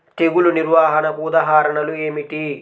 తెగులు నిర్వహణకు ఉదాహరణలు ఏమిటి?